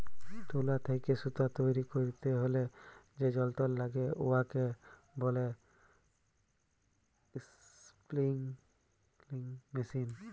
তুলা থ্যাইকে সুতা তৈরি ক্যইরতে হ্যলে যে যল্তর ল্যাগে উয়াকে ব্যলে ইস্পিলিং মেশীল